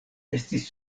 estis